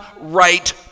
right